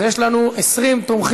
אז יש לנו 20 תומכים,